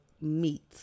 meat